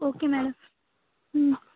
okay madam